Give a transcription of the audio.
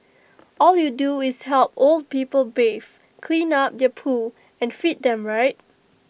all you do is help old people bathe clean up their poo and feed them right